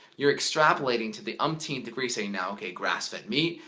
you're extrapolating to the umpteenth degree, saying now grass fed meat.